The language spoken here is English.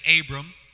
Abram